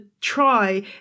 try